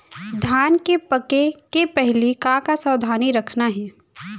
धान के पके के पहिली का का सावधानी रखना हे?